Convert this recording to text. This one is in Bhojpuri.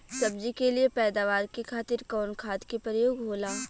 सब्जी के लिए पैदावार के खातिर कवन खाद के प्रयोग होला?